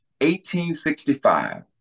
1865